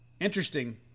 Interesting